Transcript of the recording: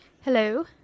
Hello